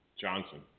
Johnson